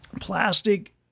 plastic